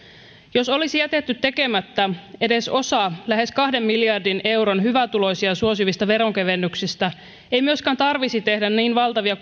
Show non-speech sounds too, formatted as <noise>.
jos olisi jätetty tekemättä edes osa lähes kahden miljardin euron hyvätuloisia suosivista veronkevennyksistä ei myöskään tarvitsisi tehdä niin valtavia <unintelligible>